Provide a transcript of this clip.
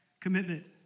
commitment